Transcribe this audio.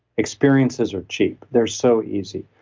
experiences are cheap, they're so easy.